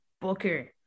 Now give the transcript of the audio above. Booker